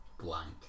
Blank